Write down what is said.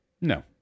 No